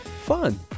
Fun